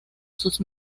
sus